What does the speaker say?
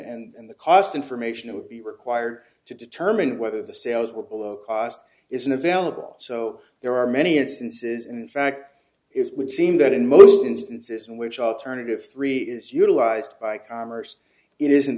required and the cost information would be required to determine whether the sales were below cost isn't available so there are many instances in fact is would seem that in most instances in which alternative three is utilized by commerce it isn't